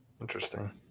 Interesting